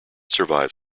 survive